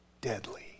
deadly